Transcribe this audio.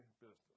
business